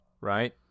right